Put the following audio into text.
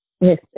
Yes